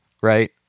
right